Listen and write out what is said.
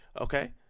Okay